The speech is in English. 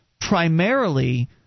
primarily –